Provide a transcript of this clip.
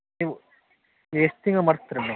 ನೀವು ಎಷ್ಟು ತಿಂಗಳು ಮಾಡ್ಸ್ತೀರ ಮೇಡಮ್